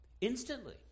Instantly